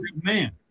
man